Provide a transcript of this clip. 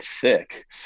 thick